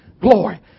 Glory